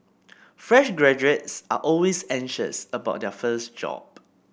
fresh graduates are always anxious about their first job